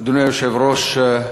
אדוני היושב-ראש,